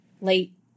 late